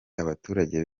abaturage